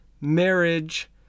marriage